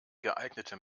geeignete